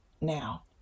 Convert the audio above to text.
now